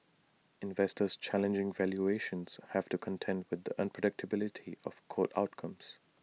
investors challenging valuations have to contend with the unpredictability of court outcomes